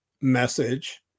message